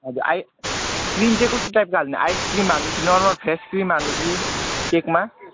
हजुर ice cream चाहिँ कस्तो टाइपको हालिदिनु आइसक्रिम हाल्नु नर्मल फ्रेस क्रिम हाल्नु कि केकमा